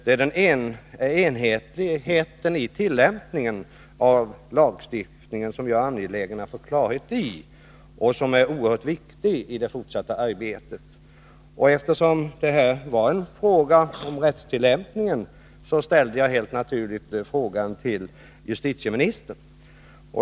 Det är enhetlighet i tillämpningen av lagstiftningen som jag är angelägen om att få till stånd. En sådan enhetlighet är oerhört viktig i det fortsatta arbetet. Eftersom det var en fråga om rättstillämpningen, ställde jag helt naturligt interpellationen till justitieministern.